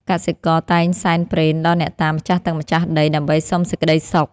កសិករតែងសែនព្រេនដល់អ្នកតាម្ចាស់ទឹកម្ចាស់ដី ដើម្បីសុំសេចក្តីសុខ។